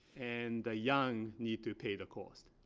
and the young need to pay the cost.